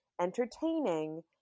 entertaining